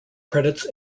credits